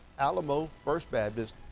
alamofirstbaptist